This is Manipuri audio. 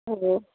ꯑꯣ